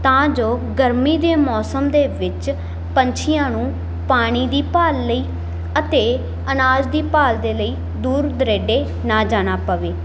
ਤਾਂ ਜੋ ਗਰਮੀ ਦੇ ਮੌਸਮ ਦੇ ਵਿੱਚ ਪੰਛੀਆਂ ਨੂੰ ਪਾਣੀ ਦੀ ਭਾਲ ਲਈ ਅਤੇ ਅਨਾਜ ਦੀ ਭਾਲ ਦੇ ਲਈ ਦੂਰ ਦੁਰਾਡੇ ਨਾ ਜਾਣਾ ਪਵੇ